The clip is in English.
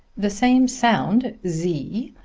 the same sound, sie,